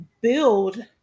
build